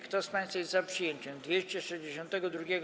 Kto z państwa jest za przyjęciem 262.